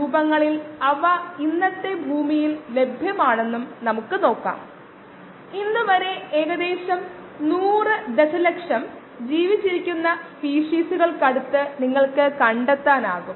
dxvdt kdxv നമ്മൾ ഇത് solve ചെയുകയാണെകിൽ നമുക്ക് ഈ താഴെ കാണിച്ചിരുക്കുന്ന പോലെ കിട്ടുന്നതാണ്